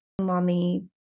mommy